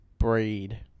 Breed